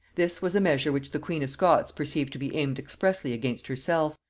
this was a measure which the queen of scots perceived to be aimed expressly against herself,